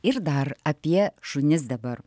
ir dar apie šunis dabar